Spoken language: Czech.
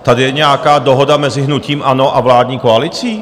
Tady je nějaká dohoda mezi hnutím ANO a vládní koalicí?